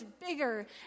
bigger